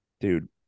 Dude